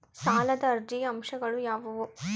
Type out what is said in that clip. ಸಾಲದ ಅರ್ಜಿಯ ಅಂಶಗಳು ಯಾವುವು?